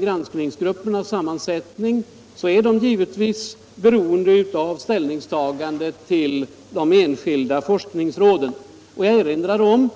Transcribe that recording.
Granskningsgruppernas sammansättning är givetvis beroende av ställningstagandet till de enskilda forskningsråden. Jag erinrar om